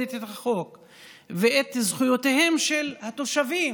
מכבדת את החוק ואת זכויותיהם של התושבים,